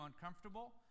uncomfortable